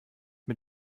mit